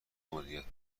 مدیریت